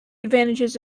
advantages